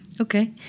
Okay